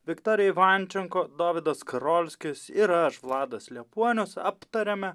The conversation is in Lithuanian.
viktorija ivančenko dovydas skarolskis ir aš vladas liepuonius aptariame